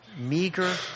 meager